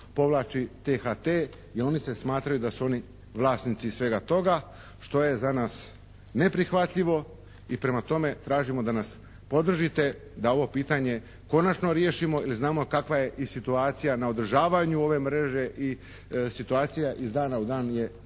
povlači THT, jer oni se smatraju da su oni vlasnici svega toga, što je za nas neprihvatljivo i prema tome tražimo da nas podržite da ovo pitanje konačno riješimo. Jer znamo i kakva situacija na održavanju ove mreže i situacija iz dana u dan je